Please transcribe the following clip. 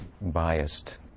biased